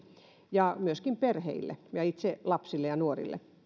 ja myöskin perheille ja itse lapsille ja nuorille